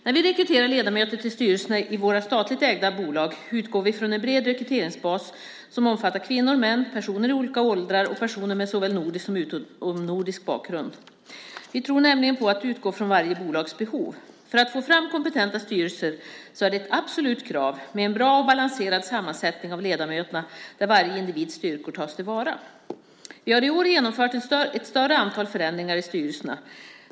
När vi rekryterar ledamöter till styrelserna i våra statligt ägda bolag utgår vi från en bred rekryteringsbas som omfattar kvinnor, män, personer i olika åldrar och personer med såväl nordisk som utomnordisk bakgrund. Vi tror nämligen på att utgå från varje bolags behov. För att få fram kompetenta styrelser är det ett absolut krav med en bra och balanserad sammansättning av ledamöterna där varje individs styrkor tas till vara. Vi har i år genomfört ett större antal förändringar i styrelserna.